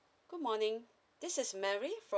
good morning this is mary from